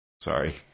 Sorry